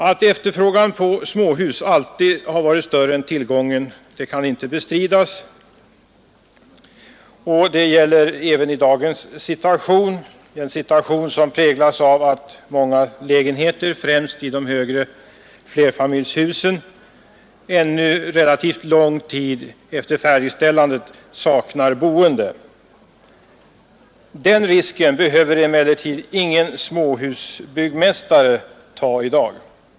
Att efterfrågan på småhus alltid har varit större än tillgången kan inte bestridas. Detta gäller även i dagens situation, som präglas av att många lägenheter, främst i högre flerfamiljshus, ännu relativt lång tid efter färdigställandet är outhyrda. Den risken behöver ingen småhusbyggmästare ta i dag.